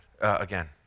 again